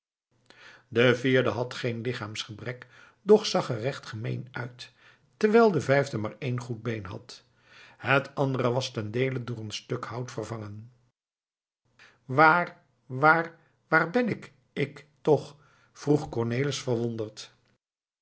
de vierde had geen lichaamsgebrek doch zag er recht gemeen uit terwijl de vijfde maar één goed been had het andere was tendeele door een stuk hout vervangen waar waar ben ik ik toch vroeg cornelis verwonderd